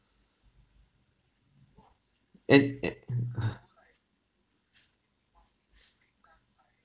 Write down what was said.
and and uh uh